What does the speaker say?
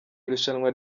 irushanwa